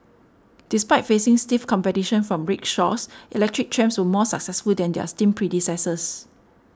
despite facing stiff competition from rickshaws electric trams were more successful than their steam predecessors